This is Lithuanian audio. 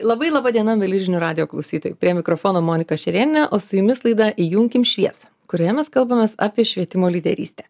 labai laba diena mieli žinių radijo klausytojai prie mikrofono monika šerėnė o su jumis laida įjunkim šviesą kurioje mes kalbamės apie švietimo lyderystę